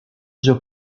joe